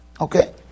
Okay